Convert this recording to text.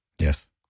Yes